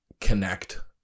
connect